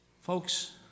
Folks